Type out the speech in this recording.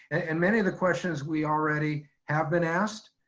and many of the questions we already have been asked.